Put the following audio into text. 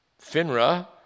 FINRA